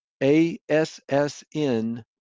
ASSN